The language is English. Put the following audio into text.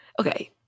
Okay